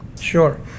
Sure